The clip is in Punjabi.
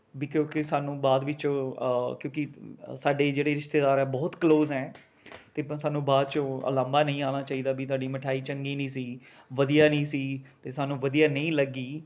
ਵੀ ਕਿਉਂਕਿ ਸਾਨੂੰ ਬਾਅਦ ਵਿੱਚ ਕਿਉਂਕਿ ਸਾਡੇ ਜਿਹੜੇ ਰਿਸ਼ਤੇਦਾਰ ਆ ਬਹੁਤ ਕਲੋਜ਼ ਹੈ ਬ ਅਤੇ ਸਾਨੂੰ ਬਾਅਦ 'ਚੋਂ ਅਲਾਂਭਾ ਨਹੀਂ ਆਉਣਾ ਚਾਹੀਦਾ ਵੀ ਤੁਹਾਡੀ ਮਿਠਾਈ ਚੰਗੀ ਨਹੀਂ ਸੀ ਵਧੀਆ ਨਹੀਂ ਸੀ ਅਤੇ ਸਾਨੂੰ ਵਧੀਆ ਨਹੀਂ ਲੱਗੀ